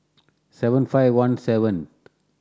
seven five one seventh